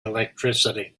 electricity